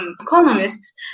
economists